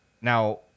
now